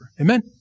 Amen